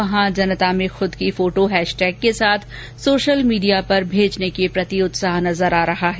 वहां जनता में खुद की फोटो हैश टैग के साथ सोशल मीडिया पर भेजने के प्रति उत्साह नजर आ रहा है